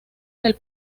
del